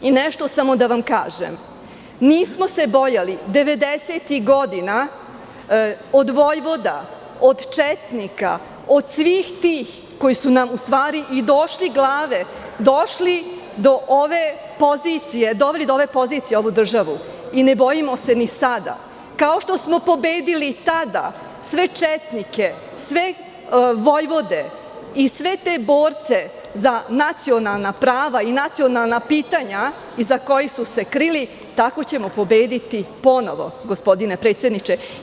Nešto samo da vam kažem, nismo se bojali 90-ih godina od vojvoda, od četnika, od svih tih koji su nam došli glave, doveli do ove pozicije ovu državu i ne bojimo se ni sada, kao što smo pobedili tada sve četnike i sve vojvode i sve borce za nacionalna prava i nacionalna pitanja iza kojih su se krili, tako ćemo pobediti ponovo, gospodine predsedniče.